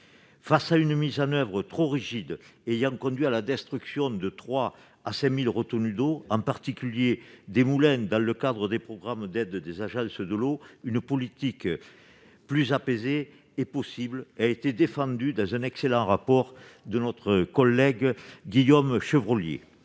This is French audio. d'une mise en oeuvre trop rigide ayant conduit à la destruction de 3 000 à 5 000 retenues d'eau, en particulier des moulins, dans le cadre des programmes d'aide des agences de l'eau, une politique plus apaisée est possible : elle a été défendue dans un excellent rapport de notre collègue Guillaume Chevrollier,